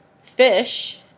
Fish